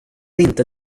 inte